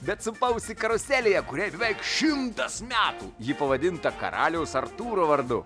bet supausi karuselėje kuriai beveik šimtas metų ji pavadinta karaliaus artūro vardu